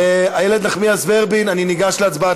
איילת נחמיאס ורבין, אני ניגש להצבעה.